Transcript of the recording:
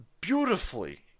beautifully